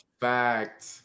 Fact